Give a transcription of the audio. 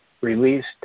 released